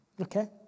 Okay